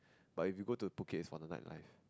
but if you go to Phuket it's for the night life